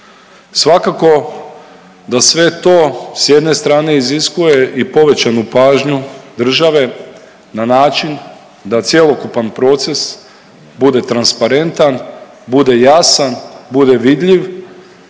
Svakako da sve to s jedne strane iziskuje i povećanu pažnju države na način da cjelokupan proces bude transparentan, bude jasan, bude vidljiv